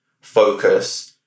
focus